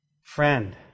friend